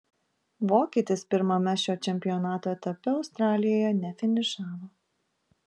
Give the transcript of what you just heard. vokietis pirmame šio čempionato etape australijoje nefinišavo